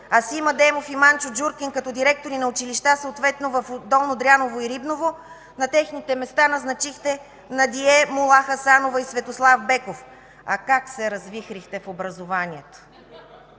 Асим Адемов и Манчо Джуркин като директори на училища съответно в Долно Дряново и Рибново, на техните места назначихте Надие Мулахасанова и Светослав Беков. А как се развихрихте в образованието?!